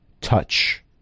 touch